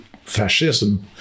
fascism